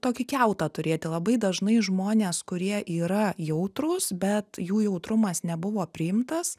tokį kiautą turėti labai dažnai žmonės kurie yra jautrūs bet jų jautrumas nebuvo priimtas